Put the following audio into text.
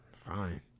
Fine